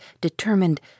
determined